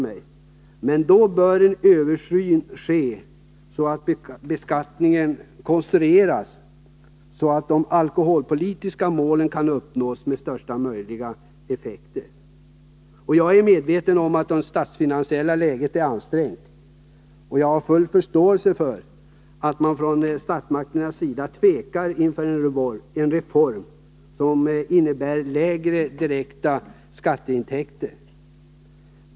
Men då bör en översyn göras och beskattningen konstrueras så, att de alkoholpolitiska målen kan uppnås i så stor utsträckning som möjligt. Jag är medveten om att det statsfinansiella läget är ansträngt, och jag har full förståelse för att statsmakterna tvekar inför en reform som innebär lägre direkta skatteintäkter.